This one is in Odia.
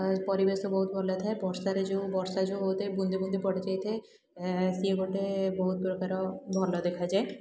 ପରିବେଶ ବହୁତ ଭଲ ଥାଏ ବର୍ଷାରେ ଯେଉଁ ବର୍ଷା ଯେଉଁ ହଉଥାଏ ବୁନ୍ଦୁ ବୁନ୍ଦୁ ପଡ଼ିଯାଇ ଥାଏ ସେ ଗୋଟେ ବହୁତ ପ୍ରକାର ଭଲ ଦେଖାଯାଏ